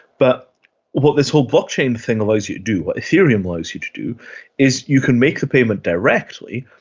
but what this whole blockchain thing allows you to do, what ethereum allows you to do is you can make the payment directly,